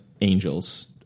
angels